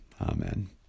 Amen